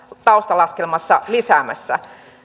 taustalaskelmassa lisäämässä